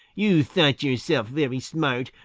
you thought yourself very smart,